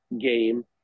game